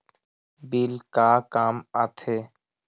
Bill का काम आ थे?